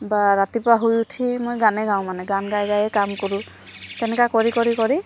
বা ৰাতিপুৱা শুই উঠি মই গানে গাওঁ মানে গান গাই গায়ে কাম কৰোঁ তেনেকুৱা কৰি কৰি কৰি